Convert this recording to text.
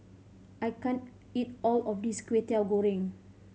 I can't eat all of this Kway Teow Goreng